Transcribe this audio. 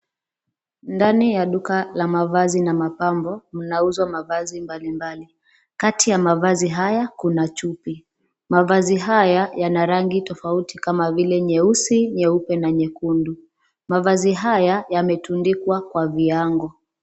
Ndani ya duka la mavazi na mapambo, mnauza mavazi mbalimbali. Kati ya mavazi haya, kuna chupi. Mavazi haya yana rangi tofauti kama vile; nyeusi, nyeupe, na nyekundu. Mavazi haya yametundikwa, kwa viango.